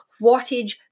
wattage